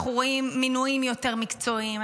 אנחנו רואים מינויים יותר מקצועיים,